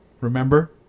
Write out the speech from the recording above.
Remember